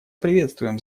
приветствуем